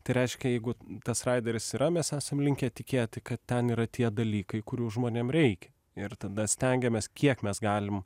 tai reiškia jeigu tas raideris yra mes esam linkę tikėti kad ten yra tie dalykai kurių žmonėm reikia ir tada stengiamės kiek mes galim